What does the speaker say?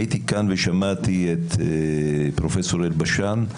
הייתי כאן ושמעתי את פרופ' אלבשן.